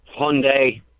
Hyundai